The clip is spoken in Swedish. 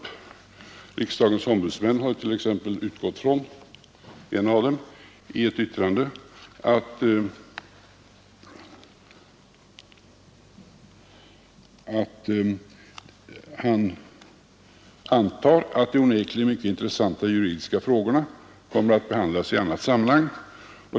En av riksdagens ombudsmän har t.ex. i ett yttrande anfört att han antar att de onekligen mycket intressanta juridiska frågorna kommer att behandlas i annat sammanhang.